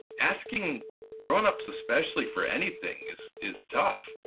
asking grown-ups especially for anything is is tough.